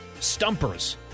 stumpers